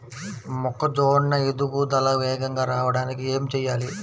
మొక్కజోన్న ఎదుగుదల వేగంగా రావడానికి ఏమి చెయ్యాలి?